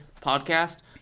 podcast